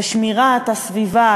ושמירת הסביבה,